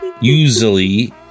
Usually